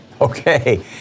Okay